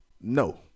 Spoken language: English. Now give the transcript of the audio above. No